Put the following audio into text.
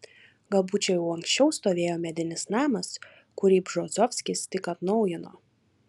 galbūt čia jau anksčiau stovėjo medinis namas kurį bžozovskis tik atnaujino